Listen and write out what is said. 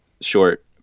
short